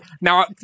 now